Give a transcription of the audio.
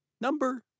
number